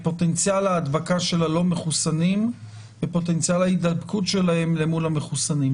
פוטנציאל ההדבקה של הלא מחוסנים ופוטנציאל ההידבקות שלהם למול המחוסנים.